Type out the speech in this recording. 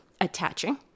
attaching